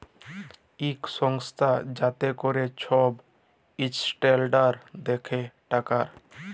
ইক সংস্থা যাতে ক্যরে ছব ইসট্যালডাড় দ্যাখে টাকার